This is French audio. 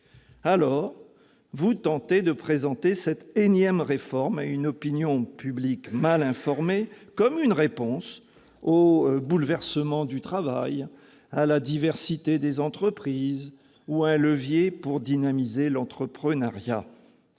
salariés. Vous tentez de présenter cette énième réforme à une opinion publique mal informée comme une réponse aux bouleversements du travail, à la diversité des entreprises ou comme un levier pour dynamiser l'entrepreneuriat.